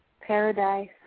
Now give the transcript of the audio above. paradise